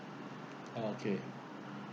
(uh okay)